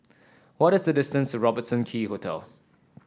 what is the distance Robertson Quay Hotel